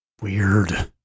Weird